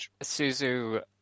Suzu